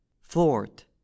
fort